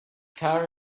car